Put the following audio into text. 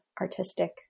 artistic